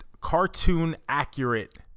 cartoon-accurate